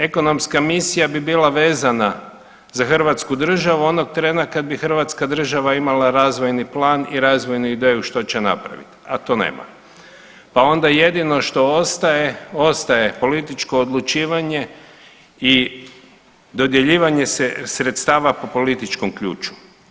Ekonomska misija bi bila vezana uz hrvatsku državu onog trena kad bi hrvatska država imala razvojni plan i razvojnu ideju što će napraviti, a to nema, pa onda jedino što ostaje, ostaje političko odlučivanje i dodjeljivanje sredstava po političkom ključu.